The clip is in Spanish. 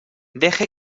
deje